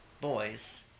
boys